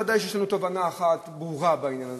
ודאי שיש לנו תובנה ברורה בעניין הזה,